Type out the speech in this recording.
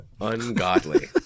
ungodly